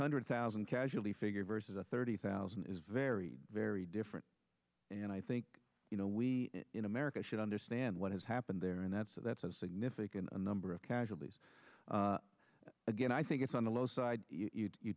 hundred thousand casualty figure versus a thirty thousand is very very different and i think you know we in america should understand what has happened there and that's a that's a significant number of casualties again i think it's on the low side you